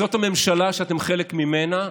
זאת הממשלה שאתם חלק ממנה,